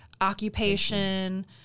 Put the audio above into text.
occupation